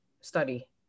study